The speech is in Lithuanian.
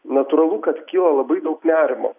natūralu kad kyla labai daug nerimo